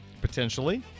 potentially